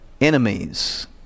enemies